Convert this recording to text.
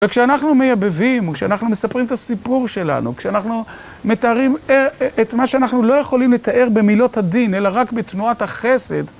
כשאנחנו מייבבים, כשאנחנו מספרים את הסיפור שלנו, כשאנחנו מתארים את מה שאנחנו לא יכולים לתאר במילות הדין, אלא רק בתנועת החסד